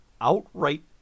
outright